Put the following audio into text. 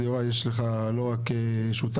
אז יוראי יש לך לא רק שותף,